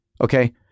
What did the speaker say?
okay